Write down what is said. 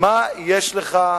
מה יש לך?